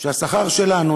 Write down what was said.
שהשכר שלנו,